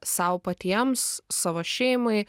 sau patiems savo šeimai